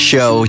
Show